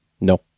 No